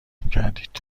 میکردید